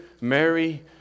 Mary